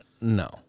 No